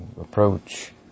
approach